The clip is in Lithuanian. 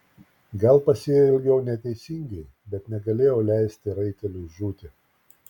gal pasielgiau neteisingai bet negalėjau leisti raiteliui žūti